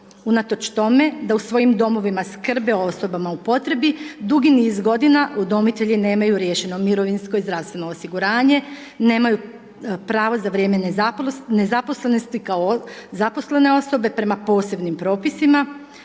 Unatoč tome, da u svojim domovima skrbe o osobama u potrebi, dugi niz godina, udomitelji nemaju riješeno mirovinsko i zdravstveno osiguranje, nemaju pravo za vrijeme nezaposlenosti kao zaposlene osobe prema posebnim propisima.